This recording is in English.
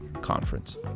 Conference